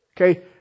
Okay